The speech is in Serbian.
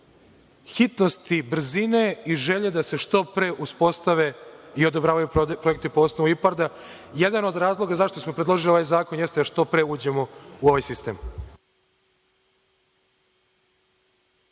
hitnosti brzine i želje da se što pre uspostave i odobravaju projekti po osnovu IPARD-a. Jedan od razloga zašto smo predložili ovaj zakon, jeste da što pre uđemo u ovaj